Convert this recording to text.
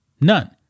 None